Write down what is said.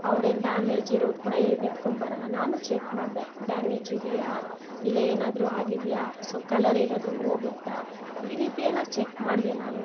ಅವ್ರೇನು ಡ್ಯಾಮೇಜ್ ಇರೋದು ಕೂಡ ಏನು ಎತ್ಕೊಂಡ್ಬರೊಲ್ಲ ನಾನು ಚೆಕ್ ಮಾಡ್ದೆ ಡ್ಯಾಮೇಜ್ ಇದೆಯಾ ಇಲ್ಲ ಏನಾದ್ರು ಆಗಿದೆಯಾ ಸೊ ಕಲರ್ ಏನಾದ್ರು ಹೋಗುತ್ತಾ ಈ ರೀತಿಯೆಲ್ಲ ಚೆಕ್ ಮಾಡ್ದೆ ನಾನು